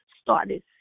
started